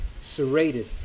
serrated